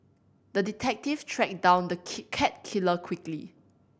the detective tracked down the cat killer quickly